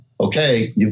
okay